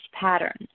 pattern